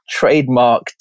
trademarked